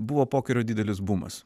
buvo pokerio didelis bumas